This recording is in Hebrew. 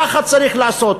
ככה צריך לעשות,